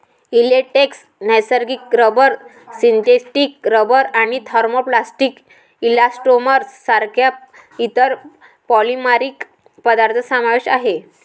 latex, नैसर्गिक rubber, synthetic rubber आणि thermoplastic elastomers सारख्या इतर पॉलिमरिक पदार्थ समावेश आहे